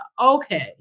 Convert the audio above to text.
okay